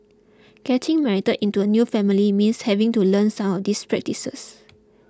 getting married into a new family means having to learn some of these practices